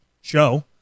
show